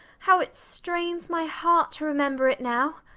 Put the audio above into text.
how it strains my heart to remember it now!